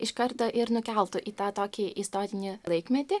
iš karto ir nukeltų į tą tokį istorinį laikmetį